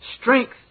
Strength